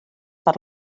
per